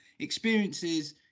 experiences